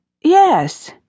Yes